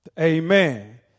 Amen